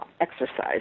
exercise